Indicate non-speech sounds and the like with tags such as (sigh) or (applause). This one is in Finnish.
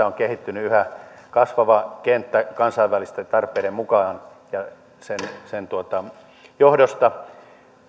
(unintelligible) on kehittynyt yhä kasvava kenttä kansainvälisten tarpeiden mukaan ja sen sen johdosta